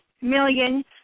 million